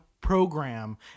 program